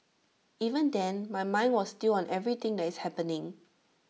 even then my mind was still on everything that is happening